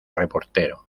reportero